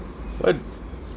why